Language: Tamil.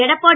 எடப்பாடி